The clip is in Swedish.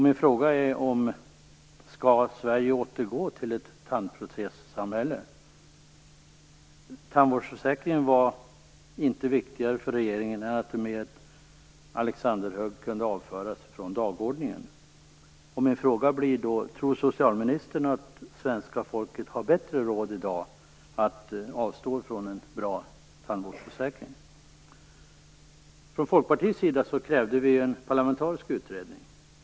Min fråga blir: Skall Sverige återgå till ett tandprotessamhälle? Tandvårdsförsäkringen var inte viktigare för regeringen än att den med alexanderhugg kunde avföras från dagordningen. Tror socialministern att svenska folket har bättre råd i dag att avstå från en bra tandvårdsförsäkring? Från Folkpartiets sida krävde vi en parlamentarisk utredning.